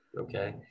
Okay